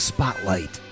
Spotlight